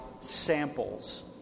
samples